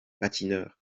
patineurs